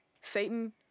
Satan